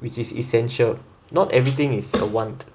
which is essential not everything is a want